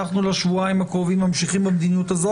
לשבועיים הקרובים אנחנו ממשיכים במדיניות הזאת,